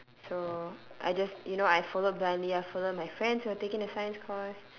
so I just you know I followed blindly I followed my friends who are taking the science course